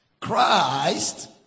Christ